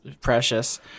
precious